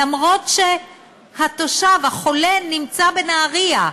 אף שהתושב החולה נמצא בנהריה,